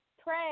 pray